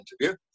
interview